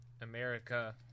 America